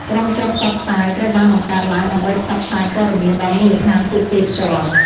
ក្រុមចុះផ្សព្វផ្សាយ ត្រូវបានបង្កើតឡើងដើម្បីផ្សព្វផ្សាយព័ត៌មានដល់មូលដ្ឋានពួកគេផ្ទាល់។